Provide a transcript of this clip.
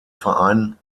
verein